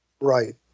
Right